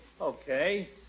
Okay